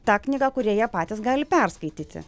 ta knyga kurią jie patys gali perskaityti